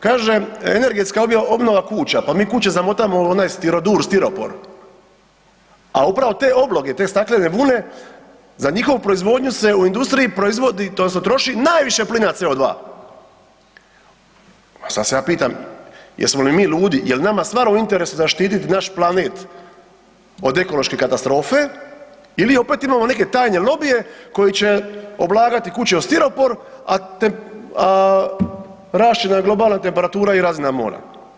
Kaže energetska objava kuća, pa mi kuće zamotamo u onaj stirodur, stiropor a upravo te obloge, te staklene vune, za njihovu proizvodnju se u industriji proizvodi odnosno troši najviše plina CO2. sad se ja pitam jesmo li mi ludi, jel nama stvarno u interesu zaštititi naš planet od ekološke katastrofe ili opet imamo neke tajne lobije koji će oblagati kuće u stiropor a rast će nam globalna temperatura i razina mora?